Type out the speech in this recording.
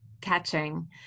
catching